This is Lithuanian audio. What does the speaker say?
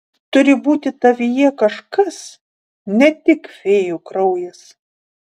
turi būti tavyje kažkas ne tik fėjų kraujas